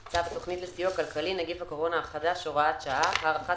"צו התכנית לסיוע כלכלי (נגיף הקורונה החדש) (הוראת שעה) (הארכת